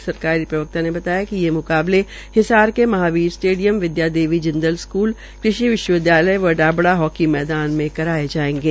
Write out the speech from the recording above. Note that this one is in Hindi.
एक सरकारी प्रवक्ता ने बताया कि ये म्काबले हिसार में महावीर स्टेडियम विद्या देवी जिंदल स्कूल कृषि विश्वविद्यालय व डाबड़ा हॉकी मैदान मे कराये जायेंगे